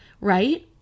right